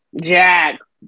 Jax